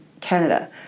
Canada